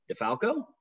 DeFalco